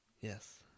Yes